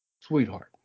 sweetheart